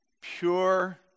pure